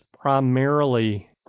primarily